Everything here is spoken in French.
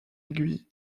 aiguille